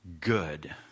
good